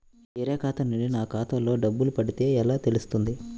వేరే ఖాతా నుండి నా ఖాతాలో డబ్బులు పడితే ఎలా తెలుస్తుంది?